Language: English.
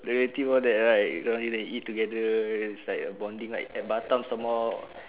relative all that right go and eat together it's like a bonding right at batam some more